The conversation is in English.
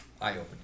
eye-opening